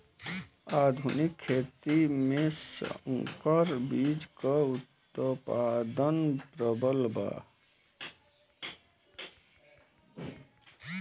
आधुनिक खेती में संकर बीज क उतपादन प्रबल बा